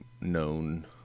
known